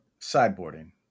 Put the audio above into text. sideboarding